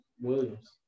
Williams